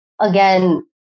again